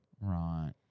Right